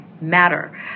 matter